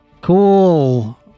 Cool